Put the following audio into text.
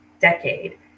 decade